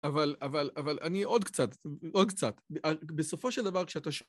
אבל אני עוד קצת, עוד קצת, בסופו של דבר כשאתה...